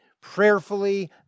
prayerfully